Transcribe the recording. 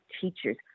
teachers